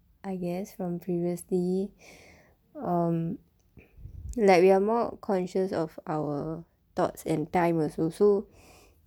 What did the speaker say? I guess from previously um like we are more conscious of our thoughts and time also